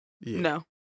no